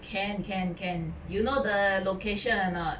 can can can you know the location or not